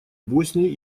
боснии